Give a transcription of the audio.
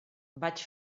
vaig